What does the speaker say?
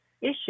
issue